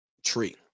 tree